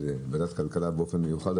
בוועדת כלכלה באופן מיוחד,